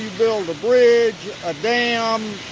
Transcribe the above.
build a bridge, a dam,